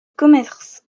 commerce